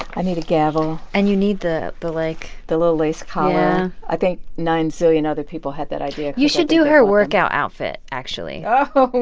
i need a gavel and you need the, like. the little lace collar i think nine zillion other people had that idea. you should do her workout outfit, actually oh,